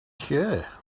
here